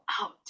out